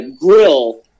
grill